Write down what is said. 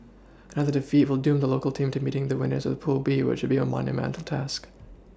another defeat will doom the local team to meeting the winners of pool B which would be a monumental task